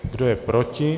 Kdo je proti?